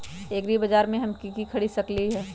एग्रीबाजार से हम की की खरीद सकलियै ह?